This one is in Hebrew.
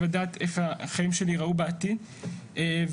אנחנו היום פותחים את ועדת הכנסת בעניין חינוך אקלימי וחינוך